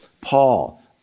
Paul